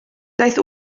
daeth